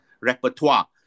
repertoire